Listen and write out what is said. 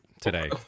today